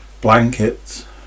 blankets